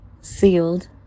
sealed